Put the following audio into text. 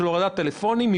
חדירת טלפונים.